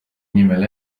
nimel